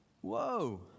Whoa